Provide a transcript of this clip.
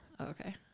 Okay